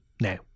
Now